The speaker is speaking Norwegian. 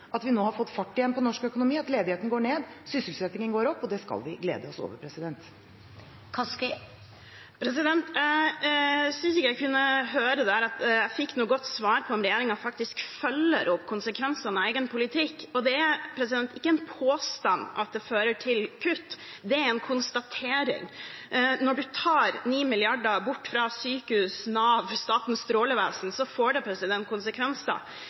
at vi nå har fått fart på norsk økonomi igjen, og at ledigheten går ned og sysselsettingen går opp. Det skal vi glede oss over. Jeg synes ikke jeg kunne høre at jeg fikk noe godt svar på om regjeringen faktisk følger opp konsekvensene av egen politikk. Og det er ikke en påstand at det fører til kutt, det er en konstatering. Når man tar 9 mrd. kr bort fra sykehus, Nav og Statens strålevern, får det konsekvenser.